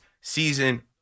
season